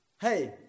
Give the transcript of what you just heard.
hey